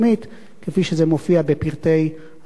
כפי שזה מופיע בפרטי החוק עצמו.